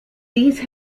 these